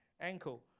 ankle